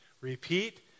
repeat